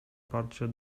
bardziej